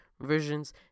versions